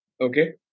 Okay